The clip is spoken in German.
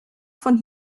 von